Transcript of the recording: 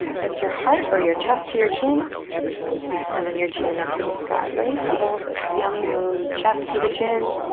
lift your heart or your chest to your chin and then your chin up to the sky. very subtle but yummy move. chest to the chin.